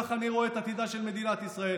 כך אני רואה את עתידה של מדינת ישראל.